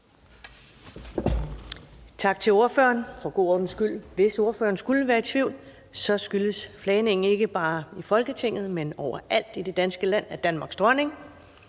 Tak til ordføreren. For en god ordens skyld: Hvis ordføreren skulle være i tvivl, så skyldes flagningen – ikke bare i Folketinget, men overalt i det danske land – at Danmarks dronning,